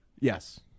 Yes